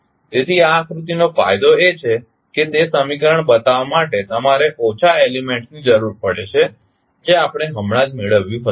તેથી આ આકૃતિનો ફાયદો એ છે કે તે સમીકરણ બતાવવા માટે તમારે ઓછા એલીમેન્ટ ની જરૂર પડે છે જે આપણે હમણાં જ મેળવ્યું હતું